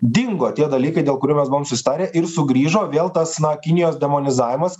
dingo tie dalykai dėl kurių mes buvom susitarę ir sugrįžo vėl tas na kinijos demonizavimas